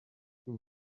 too